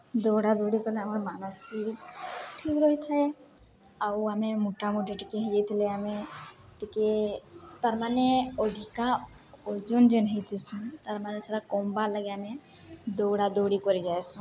ଦୌଡ଼ା ଦୌଡ଼ି କଲେ ଆମର ମାନସିକ ଠିକ୍ ରହିଥାଏ ଆଉ ଆମେ ମୋଟାମୁଟି ଟିକେ ହେଇଯାଇଥିଲେ ଆମେ ଟିକେ ତାର୍ମାନେ ଅଧିକା ଓଜନ ଯେନ୍ ହେଇଥିସୁଁ ତାର୍ ମାନେ ସେଟା କମ୍ବାର୍ ଲାଗି ଆମେ ଦୌଡ଼ା ଦୌଡ଼ି କରି ଯାଏସୁଁ